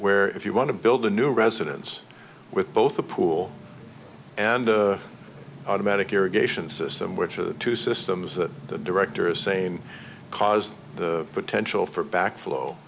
where if you want to build a new residence with both a pool and automatic irrigation system which are the two systems that the director is saying cause the potential for back flow